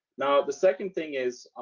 now, the second thing is,